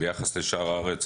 ביחס לשאר הארץ,